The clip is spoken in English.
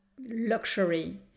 luxury